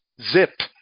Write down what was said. Zip